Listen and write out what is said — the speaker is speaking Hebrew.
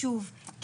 שוב,